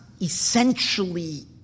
essentially